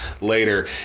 later